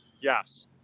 Yes